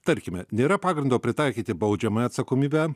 tarkime nėra pagrindo pritaikyti baudžiamąją atsakomybę